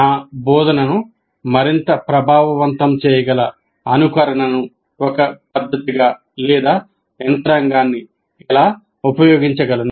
నా బోధనను మరింత ప్రభావవంతం చేయగల అనుకరణను ఒక పద్ధతిగా లేదా యంత్రాంగాన్ని ఎలా ఉపయోగించగలను